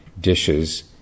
dishes